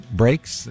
breaks